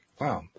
Wow